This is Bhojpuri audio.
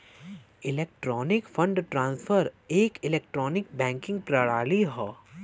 इलेक्ट्रॉनिक फण्ड ट्रांसफर एक इलेक्ट्रॉनिक बैंकिंग प्रणाली हौ